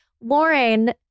Lauren